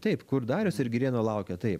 taip kur dariaus ir girėno laukė taip